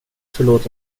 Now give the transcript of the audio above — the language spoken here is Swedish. förlåt